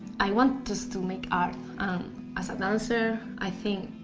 i want us to make art as a dancer i think